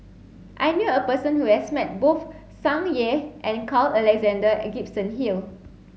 I knew a person who has met both Tsung Yeh and Carl Alexander and Gibson Hill